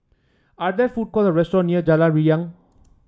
are there food courts or restaurant near Jalan Riang